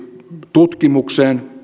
tutkimukseen